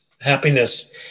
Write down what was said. happiness